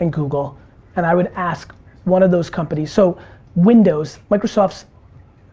and google and i would ask one of those companies. so windows, microsoft's